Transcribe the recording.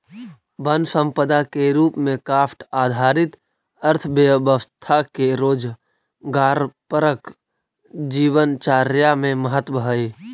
वन सम्पदा के रूप में काष्ठ आधारित अर्थव्यवस्था के रोजगारपरक जीवनचर्या में महत्त्व हइ